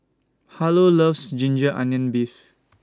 Harlow loves Ginger Onions Beef